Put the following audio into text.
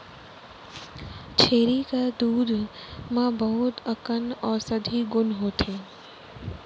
छेरी के दूद म बहुत अकन औसधी गुन होथे